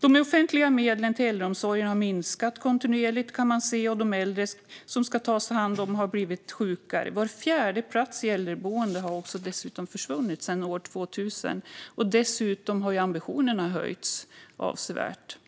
De offentliga medlen till äldreomsorgen har kontinuerligt minskat, och de äldre som ska tas om hand har blivit sjukare. Var fjärde plats i äldreboende har också försvunnit sedan år 2000. Dessutom har ambitionerna höjts avsevärt.